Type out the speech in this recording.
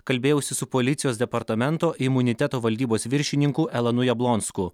kalbėjausi su policijos departamento imuniteto valdybos viršininku elonu jablonsku